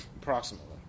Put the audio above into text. Approximately